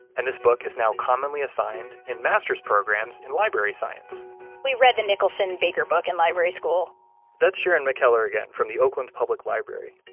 and this book is now commonly assigned in masters programs in library science we read the nicholson baker book in and library school that's sharon mckellar again from the oakland public library.